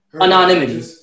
Anonymity